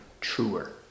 truer